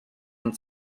and